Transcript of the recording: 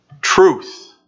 Truth